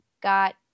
got